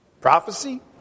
Prophecy